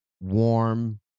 warm